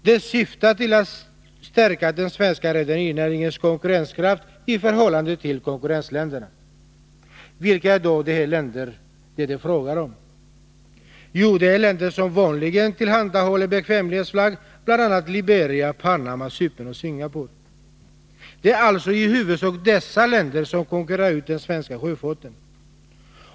Den syftar till att stärka den svenska rederinäringens konkurrenskraft i förhållande till konkurrentländernas. Vilka är då de länder som det är fråga om? Jo, det är länder som vanligen tillhandahåller bekvämlighetsflagg, bl.a. Liberia, Panama, Cypern och Singapore. Det är alltså i huvudsak dessa länder som konkurrerar ut den svenska sjöfarten.